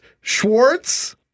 Schwartz